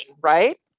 right